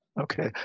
Okay